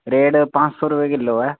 rate पंज सौ रपेऽ किल्लो ऐ